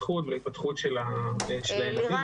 ולהתפתחות של הילדים